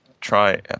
try